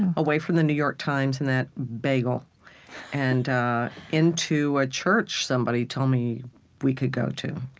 away from the new york times and that bagel and into a church somebody told me we could go to,